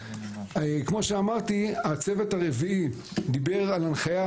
כמו שאמרתי, הצוות הרביעי דיבר על הנחיה